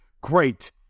great